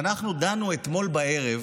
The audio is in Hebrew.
אנחנו דנו אתמול בערב,